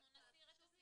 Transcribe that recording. אנחנו נסיר את הסעיף הזה.